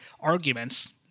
arguments